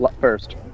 first